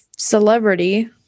Celebrity